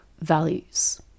values